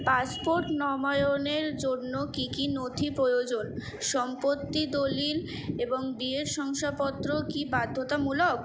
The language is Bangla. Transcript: পাসপোর্ট নবায়নের জন্য কী কী নথি প্রয়োজন সম্পত্তি দলিল এবং বিয়ের শংসাপত্র কি বাধ্যতামূলক